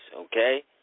okay